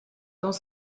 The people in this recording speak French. dans